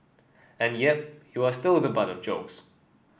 and yep you are still the butt of jokes